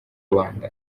rwanda